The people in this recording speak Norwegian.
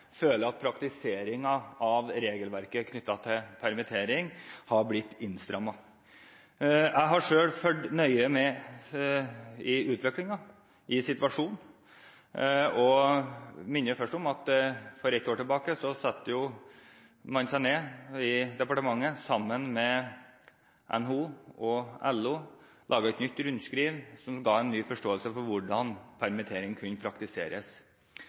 føler at praktiseringen av regelverket knyttet til permittering har blitt strammet inn. Jeg har selv fulgt nøye med på utviklingen og på situasjonen. Jeg vil først minne om at for ett år siden satte man seg ned i departementet, sammen med NHO og LO, og laget et rundskriv som ga en ny forståelse av hvordan permittering kunne praktiseres.